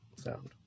sound